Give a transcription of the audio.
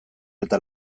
eta